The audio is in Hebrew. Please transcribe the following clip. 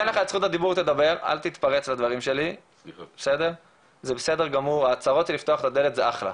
זה בסדר גמור, ההצהרות של לפתוח את הדלת זה אחלה.